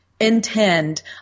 intend